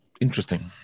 interesting